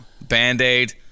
Band-Aid